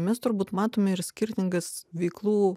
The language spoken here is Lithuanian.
mes turbūt matome ir skirtingas veiklų